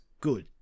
good